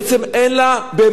אתה נכנס לכל החנויות,